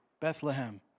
Bethlehem